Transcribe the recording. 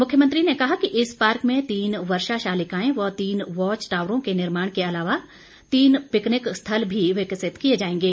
मुख्यमंत्री ने कहा कि इस पार्क में तीन वर्षा शालिकाएं व तीन वॉच टावरों के निर्माण के अलावा तीन पिकनिक स्थल भी विकसित किए जाएंगे